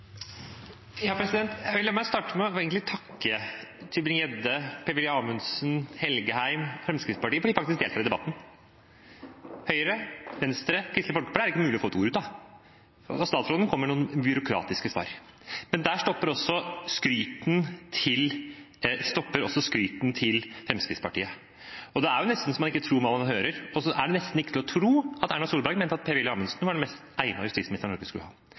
La meg starte med å takke Tybring-Gjedde, Per-Willy Amundsen, Jon Engen-Helgheim, ja, Fremskrittspartiet, for at de faktisk deltar i debatten. Høyre, Venstre og Kristelig Folkeparti er det ikke mulig å få et ord ut av. Og statsråden kommer med noen byråkratiske svar. Men der stopper også skrytet til Fremskrittspartiet. Det er jo så man nesten ikke tror hva man hører. Det er nesten ikke til å tro at Erna Solberg mente at Per-Willy Amundsen var den mest egnede justisministeren Norge kunne ha.